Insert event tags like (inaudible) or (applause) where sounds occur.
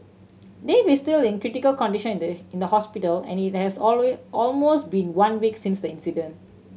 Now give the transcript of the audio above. Dave is still in critical condition (unintelligible) in the hospital and it has (unintelligible) almost been one week since the incident